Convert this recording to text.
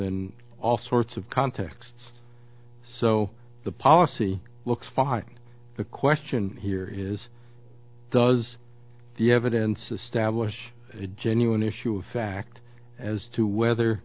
in all sorts of contexts so the policy looks fine the question here is does the evidence establish a genuine issue of fact as to whether